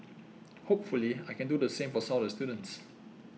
hopefully I can do the same for some of the students